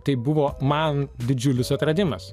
tai buvo man didžiulis atradimas